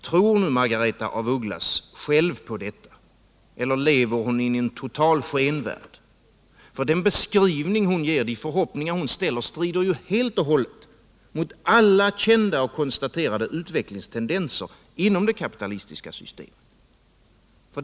Tror nu Margaretha af Ugglas själv på detta, eller lever hon i en total skenvärld? Den beskrivning hon ger och de förhoppningar hon uttrycker strider ju helt och hållet mot alla kända och konstaterade utvecklingstendenser inom det kapitalistiska systemet.